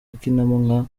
akinamo